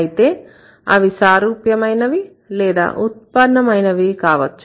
అయితే అవి సారూప్యమైనవి లేదా ఉత్పన్నమైనవి కావచ్చు